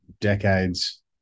decades